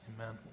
Amen